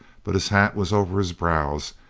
but his hat was over his brows,